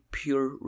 pure